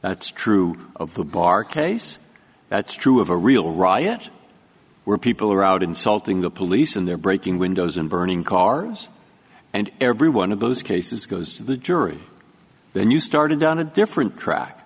that's true of the bar case that's true of a real riot where people are out insulting the police and they're breaking windows and burning cars and every one of those cases goes to the jury then you started on a different track